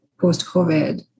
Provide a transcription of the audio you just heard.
post-COVID